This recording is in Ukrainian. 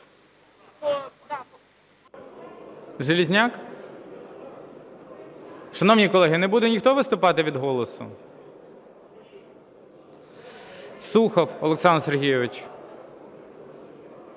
Железняк? Шановні колеги, не буде ніхто виступати від "Голосу"? Сухов Олександр Сергійович.